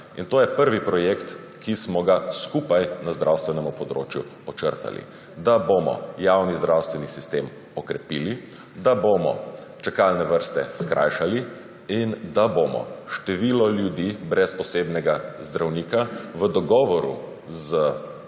To je prvi projekt, ki smo ga skupaj na zdravstvenem področju očrtali – da bomo javni zdravstveni sistem okrepili, da bomo čakalne vrste skrajšali in da bomo število ljudi brez osebnega zdravnika v dogovoru z